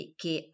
che